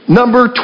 number